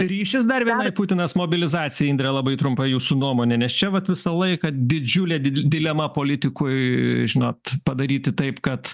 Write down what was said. ryšis dar vienai putinas mobilizacijai indre labai trumpai jūsų nuomone nes čia vat visą laiką didžiulė dilema politikoje žinot padaryti taip kad